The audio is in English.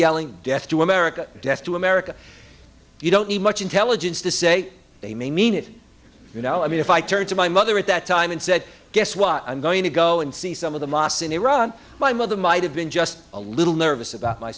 yelling death to america death to america you don't need much intelligence to say they may mean it you know i mean if i turned to my mother at that time and said guess what i'm going to go and see some of the mosques in iran my mother might have been just a little nervous about my